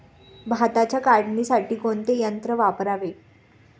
भाताच्या काढणीसाठी कोणते यंत्र वापरावे?